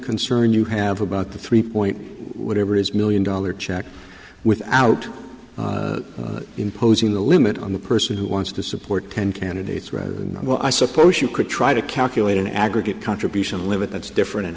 concern you have about the three point whatever is million dollar check without imposing a limit on the person who wants to support ten candidates rather than well i suppose you could try to calculate an aggregate contribution limit that's different